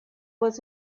was